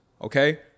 okay